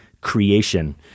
creation